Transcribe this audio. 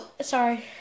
sorry